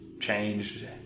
changed